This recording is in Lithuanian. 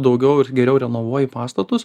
daugiau ir geriau renovuoji pastatus